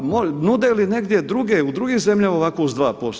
Nude li negdje drugdje u drugim zemljama ovako uz 2%